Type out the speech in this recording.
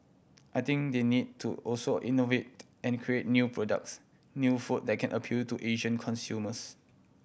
I think they need to also innovate and create new products new food that can appeal to Asian consumers